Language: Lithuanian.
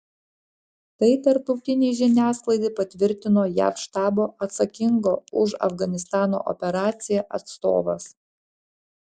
tai tarptautinei žiniasklaidai patvirtino jav štabo atsakingo už afganistano operaciją atstovas